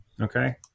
Okay